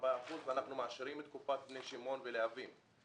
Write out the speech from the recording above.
אחוזים ואנחנו מעשירים את קופת בני שמעון ולהבים.